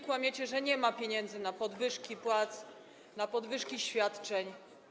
Kłamiecie, że nie ma pieniędzy na podwyżki płac, na podwyżki świadczeń.